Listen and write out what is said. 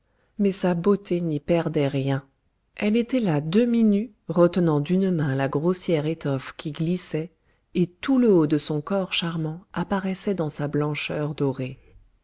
mais sa beauté n'y perdait rien elle était là demi-nue retenant d'une main la grossière étoffe qui glissait et tout le haut de son corps charmant apparaissait dans sa blancheur dorée